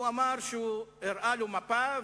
הוא אמר שהוא הראה לו מפה,